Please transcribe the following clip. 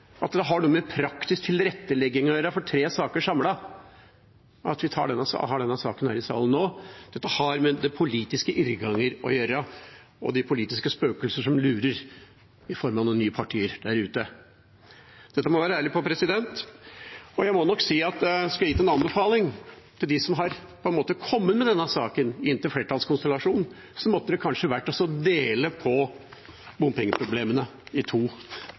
at det har noe med praktisk tilrettelegging for tre saker samlet å gjøre, at vi har denne saken i salen nå. Dette har å gjøre med de politiske irrganger og de politiske spøkelser som lurer i form av noen nye partier der ute. Dette må vi være ærlige på. Hvis jeg skulle gitt en anbefaling til dem som har kommet med denne saken inn til en flertallskonstellasjon, måtte det kanskje være å dele bompengeproblemene i to.